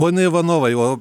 pone ivanovai o